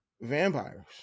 vampires